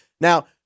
Now